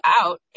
out